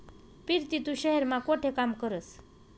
पिरती तू शहेर मा कोठे काम करस?